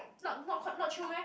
not not quite not chio meh